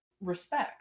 respect